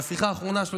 והשיחה האחרונה שלו,